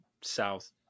South